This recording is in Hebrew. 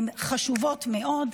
הוא חשוב מאוד.